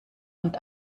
und